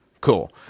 Cool